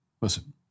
Listen